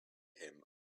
him